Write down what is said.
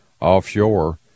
offshore